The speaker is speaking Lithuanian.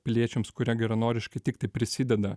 piliečiams kurie geranoriškai tiktai prisideda